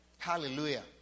Hallelujah